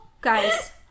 guys